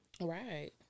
Right